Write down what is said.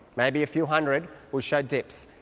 maybe a few hundred, will show dips,